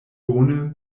bone